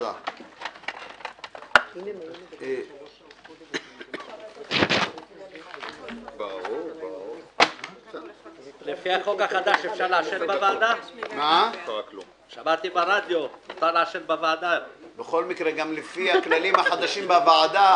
בשעה 10:25.